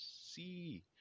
see